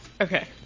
Okay